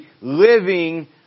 living